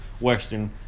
Western